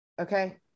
okay